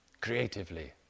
creatively